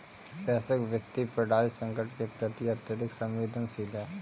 वैश्विक वित्तीय प्रणाली संकट के प्रति अत्यधिक संवेदनशील है